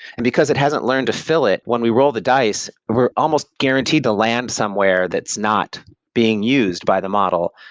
and because it hasn't learned to fill it when we roll the dice, we're almost guaranteed to land somewhere that's not being used by the model,